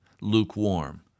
lukewarm